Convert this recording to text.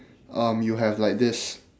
um you have like this